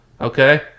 Okay